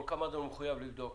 כל כמה זמן הוא מחויב לבדוק